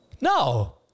No